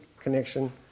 connection